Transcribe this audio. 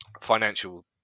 financial